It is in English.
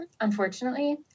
unfortunately